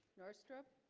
north strip